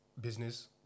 Business